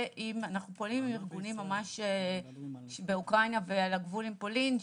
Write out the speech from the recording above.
ואנחנו פועלים עם ארגונים באוקראינה ועל הגבול עם פולין,